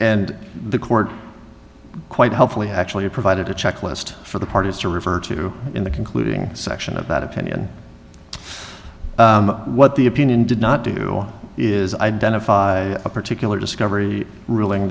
and the court quite helpfully actually provided a checklist for the parties to refer to in the concluding section of that opinion what the opinion did not do is identify a particular discovery ruling